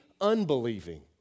unbelieving